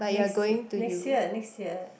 next next year next year